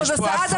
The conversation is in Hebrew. רוויזיה על